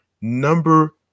number